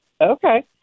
Okay